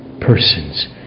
Persons